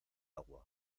agua